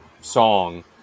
song